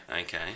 Okay